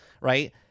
right